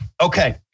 okay